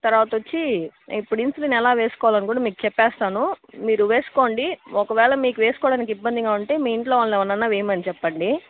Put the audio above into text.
తరువాత వచ్చి ఇప్పుడు ఇన్సులిన్ ఎలా వేసుకోవాలి మీకు చెప్తాను మీరు వేసుక్కోండి ఒకవేళ మీకు వేసుకోవడానికి ఇబ్బందిగా ఉంటే మీ ఇంట్లో వాళ్ళనెవరినైనా వెయ్యమని చెప్పండి